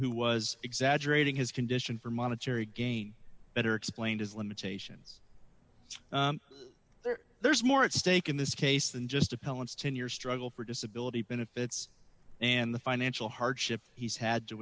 who was exaggerating his condition for monetary gain better explained his limitations there's more at stake in this case than just appellants ten year struggle for disability benefits and the financial hardship he's had to